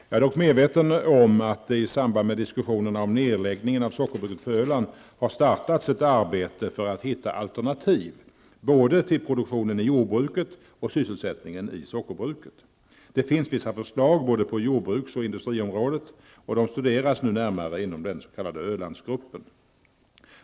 Jag är dock medveten om att det i samband med diskussionerna om nedläggningen av sockerbruket på Öland har startats ett arbete för att hitta alternativ till både produktionen i jordbruket och sysselsättningen i sockerbruket. Det finns vissa förslag på både jordbruks och industriområdet, och dessa studeras nu närmare inom den s.k. Ölandsgruppen.